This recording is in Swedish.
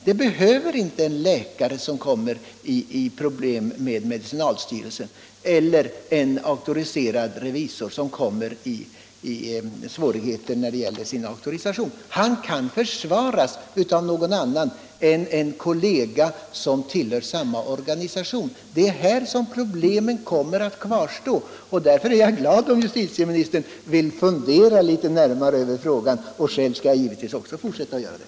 Det behöver inte vara fallet för en läkare som får problem med medicinalstyrelsen eller en auktoriserad revisor som får svårigheter med sin auktorisation. Han kan försvaras av någon annan än en kollega som tillhör samma organisation. Det här problemet kommer att kvarstå och därför är jag glad om justitieministern vill fundera litet närmare över frågan. Själv skall jag givetvis också fortsätta att göra det.